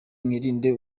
mwirinde